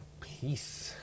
Peace